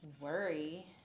worry